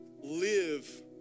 live